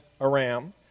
Aram